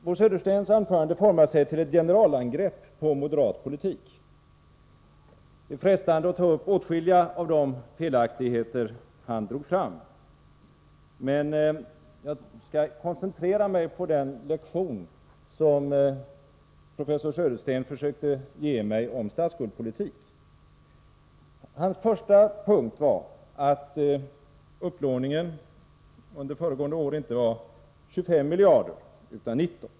Bo Söderstens anförande formade sig till ett generalangrepp på moderat politik. Det är frestande att ta upp åtskilliga av de felaktigheter han anförde, men jag skall koncentrera mig på den lektion som professor Södersten försökte ge mig om statsskuldpolitik. Hans första punkt var att upplåningen under föregående år inte var 25 utan 19 miljarder kronor.